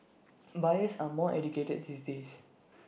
buyers are more educated these days